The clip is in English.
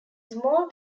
small